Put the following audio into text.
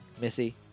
missy